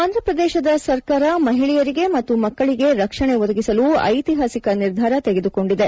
ಆಂಧ್ರಪ್ರದೇಶ ಸರ್ಕಾರ ಮಹಿಳೆಯರಿಗೆ ಮತ್ತು ಮಕ್ಕಳಿಗೆ ರಕ್ಷಣೆ ಒದಗಿಸಲು ಐತಿಹಾಸಿಕ ನಿರ್ಧಾರ ತೆಗೆದುಕೊಂಡಿದೆ